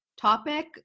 topic